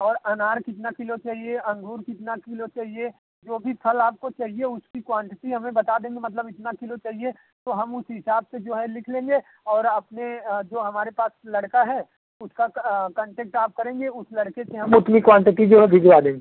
और अनार कितना किलो चाहिए अंगूर कितना किलो चाहिए जो भी फल आपको चाहिए उसकी क्वांटिटी हमें बता देंगी मतलब इतना किलो चाहिए तो हम उस हिसाब से जो हैं लिख लेंगे और अपने जो हमारे पास लड़का है उसका कांटेक्ट आप करेंगे उस लड़के से हम उतनी क्वांटिटी जो हैं भिजवा देंगे